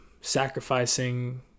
sacrificing